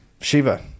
Shiva